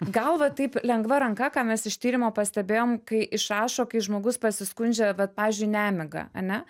gal va taip lengva ranka ką mes iš tyrimo pastebėjom kai išrašo kai žmogus pasiskundžia vat pavyzdžiui nemiga ane